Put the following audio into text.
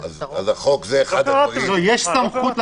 יש סמכות לממשלה.